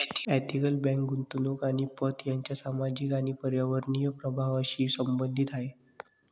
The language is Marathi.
एथिकल बँक गुंतवणूक आणि पत यांच्या सामाजिक आणि पर्यावरणीय प्रभावांशी संबंधित आहे